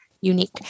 unique